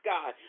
God